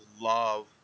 love